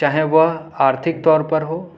چاہیں وہ آرتھک طور پر ہو